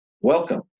Welcome